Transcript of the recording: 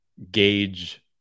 gauge